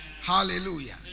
Hallelujah